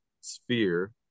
sphere